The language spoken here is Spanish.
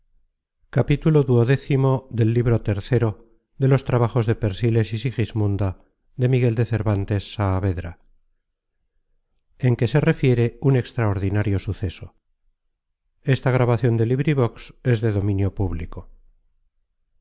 camino en que se refiere un extraordinario suceso en